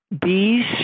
bees